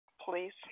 Please